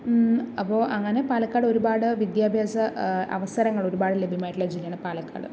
അപ്പോൾ അങ്ങനെ പാലക്കാട് ഒരുപാട് വിദ്യാഭ്യാസ അവസരങ്ങൾ ഒരുപാട് ലഭ്യമായിട്ടുള്ള ജില്ലയാണ് പാലക്കാട്